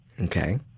Okay